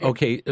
Okay